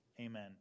amen